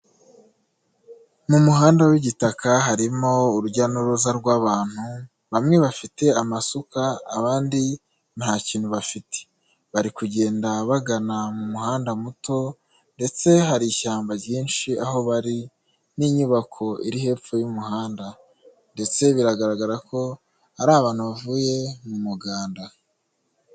Mu muhanda w'igitaka harimo urujya n'uruza rw'abantu. Bamwe bafite amasuka abandi ntakintu bafite. Barimo kugenda bagana mu muhanda muto ndetse hari ishyamba ryinshi aho bari n'inyubako iri hepfo y'umuhanda ndetse biragaragara ko ari abantu bavuye mu muganda.